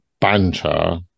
banter